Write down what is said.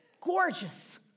Gorgeous